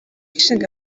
ishinga